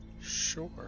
Sure